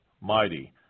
mighty